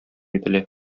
ителә